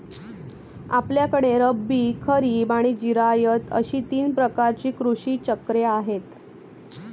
आपल्याकडे रब्बी, खरीब आणि जिरायत अशी तीन प्रकारची कृषी चक्रे आहेत